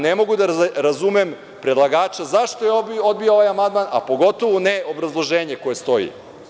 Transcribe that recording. Ne mogu da razumem predlagača zašto se odbija ovaj amandman, a pogotovu ne obrazloženje koje stoji.